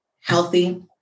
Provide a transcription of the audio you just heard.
healthy